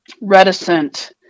reticent